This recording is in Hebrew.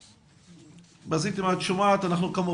שומעים אותך.